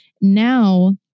Now